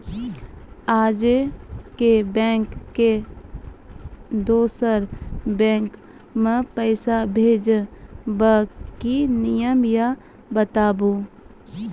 आजे के बैंक से दोसर बैंक मे पैसा भेज ब की नियम या बताबू?